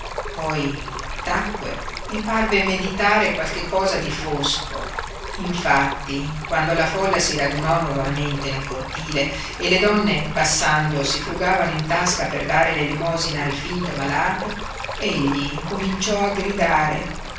poi tacque e parve meditare qualche cosa di fosco infatti quando la folla si radunò nuovamente nel cortile e le donne passando si frugavano in tasca per dare l'elemosina al finto malato egli cominciò a gridare